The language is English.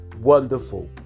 wonderful